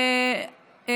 שר התיישבות, ממתי?